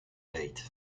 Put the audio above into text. date